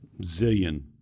zillion